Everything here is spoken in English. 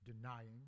denying